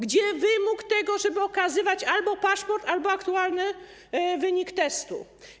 Gdzie wymóg, żeby okazywać albo paszport, albo aktualny wynik testu?